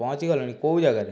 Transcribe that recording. ପହଞ୍ଚିଗଲଣି କୋଉ ଜାଗାରେ